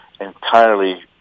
entirely